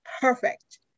perfect